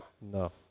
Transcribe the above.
No